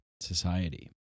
society